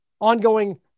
Ongoing